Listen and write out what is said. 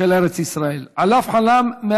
של ארץ ישראל שעליו חלם.